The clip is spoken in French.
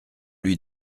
lui